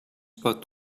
but